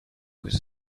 was